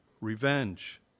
revenge